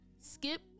Skip